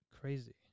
Crazy